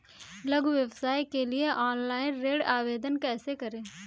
लघु व्यवसाय के लिए ऑनलाइन ऋण आवेदन कैसे करें?